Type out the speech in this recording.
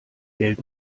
geld